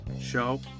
show